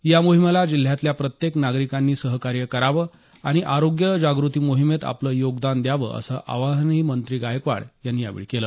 या मोहिमेला जिल्ह्यातल्या प्रत्येक नागरिकांनी सहकार्य करावं आणि आरोग्य जागृती मोहिमेत आपलं योगदान द्यावं असं आवाहनही मंत्री गायकवाड यांनी यावेळी केलं